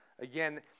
Again